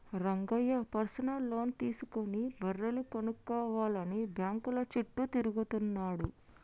Rangayya personal loan తీసుకుని బర్రెలు కొనుక్కోవాలని బ్యాంకుల చుట్టూ తిరుగుతున్నాడు